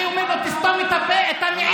אני אומר לו: תסתום את הפה, אתה מעיר לי.